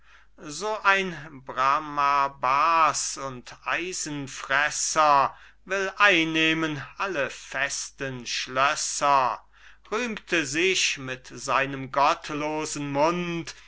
so ein bramarbas und eisenfresser will einnehmen alle festen schlösser rühmte sich mit seinem gottlosen mund